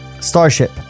Starship